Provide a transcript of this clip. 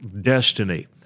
destiny